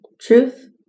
truth